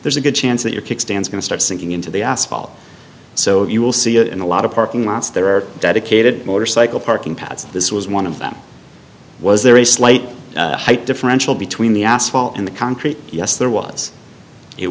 there's a good chance that your kickstands going to start sinking into the asphalt so you will see it in a lot of parking lots there are dedicated motorcycle parking pads this was one of them was there a slight height differential between the asphalt and the concrete yes there was it